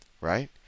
right